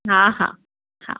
हा हा हा